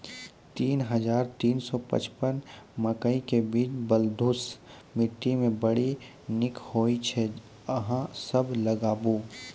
तीन हज़ार तीन सौ पचपन मकई के बीज बलधुस मिट्टी मे बड़ी निक होई छै अहाँ सब लगाबु?